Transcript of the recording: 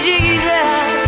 Jesus